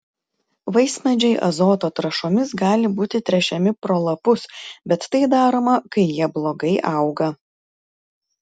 vaismedžiai azoto trąšomis gali būti tręšiami pro lapus bet tai daroma kai jie blogai auga